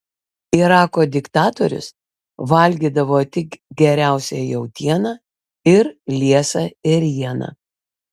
irako diktatorius valgydavo tik geriausią jautieną ir liesą ėrieną